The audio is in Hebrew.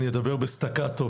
אני אדבר בסטקטו,